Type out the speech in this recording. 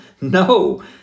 No